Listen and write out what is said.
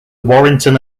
warrington